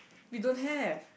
we don't have